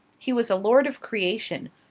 he was a lord of creation,